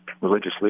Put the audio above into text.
religiously